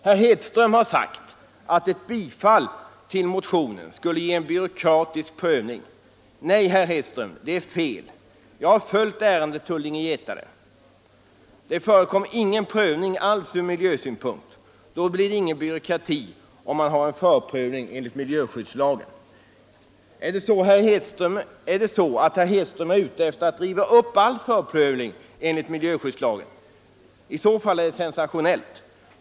Herr Hedström har sagt att ett bifall till motionen skulle ge en by 197 råkratisk prövning. Nej, herr Hedström, det är fel. Jag har följt ärendet Tullinge-Getaren. Det förekom ingen prövning alls från miljösynpunkt. Då blir det inte byråkrati om man har en förprövning enligt miljöskyddslagen. Är herr Hedström ute efter att riva upp all förprövning enligt miljöskyddslagen? I så fall är det sensationellt.